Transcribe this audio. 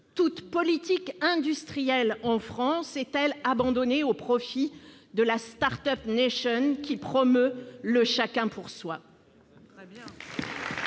Toute politique industrielle en France est-elle abandonnée au profit de la, un modèle qui promeut le chacun pour soi ?